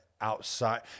outside